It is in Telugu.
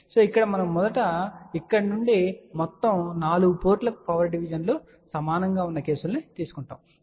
అయితే ఇక్కడ మనం మొదట ఇక్కడ నుండి మొత్తం 4 పోర్టులకు పవర్ డివిజన్ లు సమానంగా ఉన్న కేసులను తీసుకుంటాము